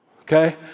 Okay